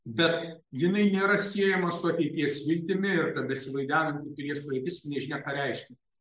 bet jinai nėra siejama su ateities viltimi ir ta besivaidenanti pilies praeitis nežinia ką reiškia